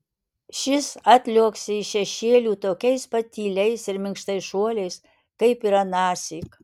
šis atliuoksi iš šešėlių tokiais pat tyliais ir minkštais šuoliais kaip ir anąsyk